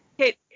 Okay